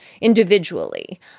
individually